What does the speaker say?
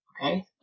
okay